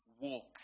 walk